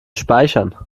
speichern